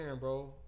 bro